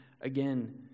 again